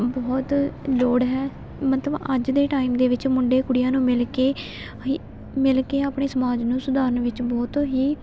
ਬਹੁਤ ਲੋੜ ਹੈ ਮਤਲਬ ਅੱਜ ਦੇ ਟਾਈਮ ਦੇ ਵਿੱਚ ਮੁੰਡੇ ਕੁੜੀਆਂ ਨੂੰ ਮਿਲ ਕੇ ਹ ਮਿਲ ਕੇ ਆਪਣੇ ਸਮਾਜ ਨੂੰ ਸੁਧਾਰਨ ਵਿੱਚ ਬਹੁਤ ਹੀ